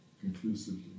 conclusively